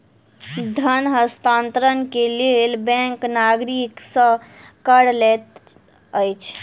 धन हस्तांतरण के लेल बैंक नागरिक सॅ कर लैत अछि